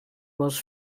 was